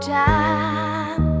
time